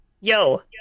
Yo